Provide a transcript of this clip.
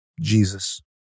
Jesus